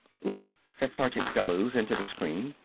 look! said sergeant bellews into the screen.